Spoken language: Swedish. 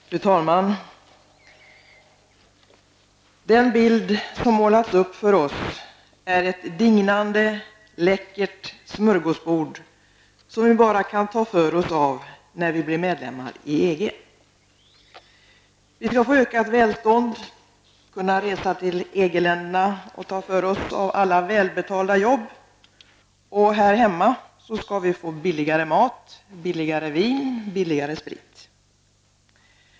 Fru talman! Den bild som har målats upp för oss visar ett dignande läckert smörgåsbord som vi bara kan ta för oss av när vi blir medlemmar i EG. Vi skall få ökat välstånd, och vi skall kunna resa till EG-länderna och ta för oss av alla välbetalda jobb. Här hemma skall vi få billigare mat, vin och sprit.